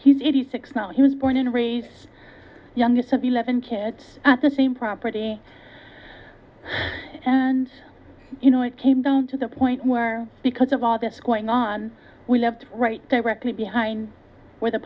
he's eighty six now he was born and raised youngest of eleven kids at the same property and you know it came down to the point where because of all this going on we lived right directly behind where the